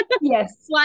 Yes